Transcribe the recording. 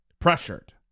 pressured